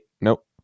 nope